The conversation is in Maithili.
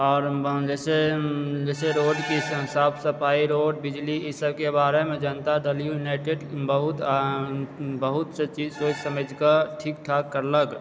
और जे छै रोड की साफ सफाई रोड बिजली एहि सब के बारे मे जनता दल युनाइटेड बहुत बहुत सा चीज सोचि समझि कऽ ठीक ठाक करलक